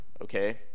Okay